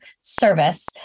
service